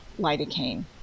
lidocaine